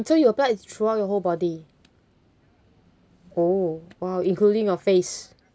so you apply throughout your whole body oh !wow! including your face